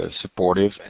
supportive